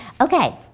Okay